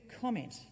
comment